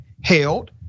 held